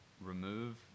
remove